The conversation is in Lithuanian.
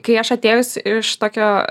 kai aš atėjus iš tokio